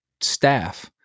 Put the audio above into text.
staff